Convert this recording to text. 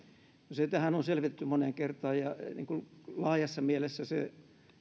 no sitähän on selvitetty moneen kertaan ja laajassa mielessä se